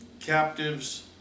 Captives